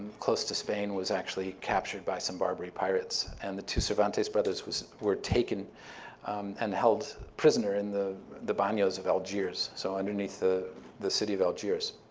close to spain, was actually captured by some barbary pirates. and the two cervantes brothers were taken and held prisoner in the the bagnios of algiers so underneath the the city of algiers.